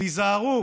תיזהרו